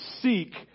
seek